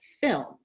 film